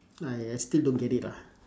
I I still don't get it lah